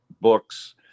books